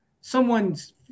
someone's